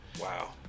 Wow